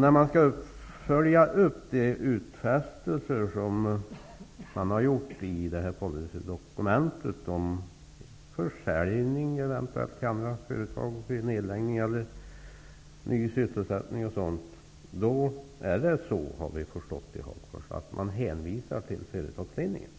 När det gäller uppföljningen av de utfästelser som har gjorts i policydokumentet om eventuell försäljning till andra företag, nedläggning, ny sysselsättning osv., hänvisar man till företagsledningen.